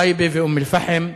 טייבה ואום-אל-פחם,